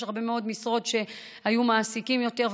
יש הרבה מאוד משרות שהיו מעסיקים בהן יותר,